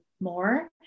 more